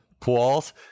pools